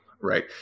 right